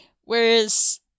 whereas